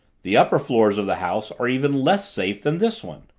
the upper floors of the house are even less safe than this one.